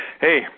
Hey